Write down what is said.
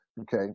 Okay